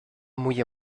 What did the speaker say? muy